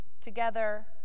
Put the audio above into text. Together